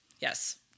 Yes